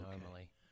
normally